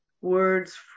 words